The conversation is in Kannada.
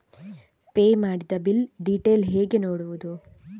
ಪೇ ಮಾಡಿದ ಬಿಲ್ ಡೀಟೇಲ್ ಹೇಗೆ ನೋಡುವುದು?